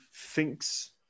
thinks